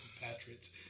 Patriots